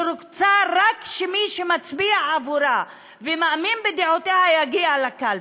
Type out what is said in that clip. שרוצה רק שמי שמצביע בעבורה ומאמין בדעותיה יגיע לקלפי,